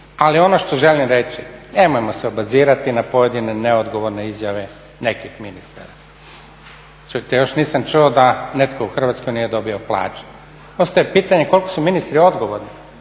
Ali ono što želim reći, nemojmo se obazirati na pojedine neodgovorne izjave nekih ministara. Čujte još nisam čuo da netko u Hrvatskoj nije dobio plaću, ostaje pitanje koliko su ministri odgovorni